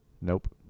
Nope